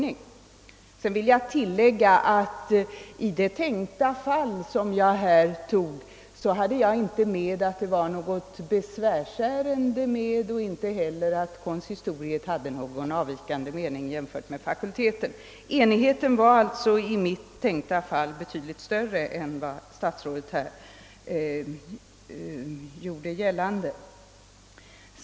Jag vill tillägga att i det tänkta fall som jag anförde som exempel hade jag inte med att det var något besvärsärende och inte heller hade jag med att konsistoriet hyste nägon avvikande mening jämfört med fakulteten. Enigheten var alltså i mitt tänkta fall betydligt större än vad statsrådet här gjorde gällande.